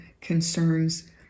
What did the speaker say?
concerns